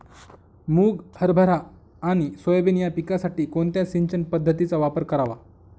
मुग, हरभरा आणि सोयाबीन या पिकासाठी कोणत्या सिंचन पद्धतीचा वापर करावा?